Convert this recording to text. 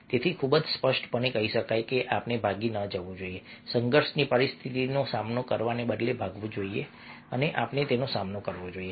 તેથી ખૂબ જ સ્પષ્ટપણે કહી શકાય કે આપણે ભાગી ન જવું જોઈએ સંઘર્ષની પરિસ્થિતિઓનો સામનો કરવાને બદલે ભાગવું જોઈએ આપણે સામનો કરવો પડશે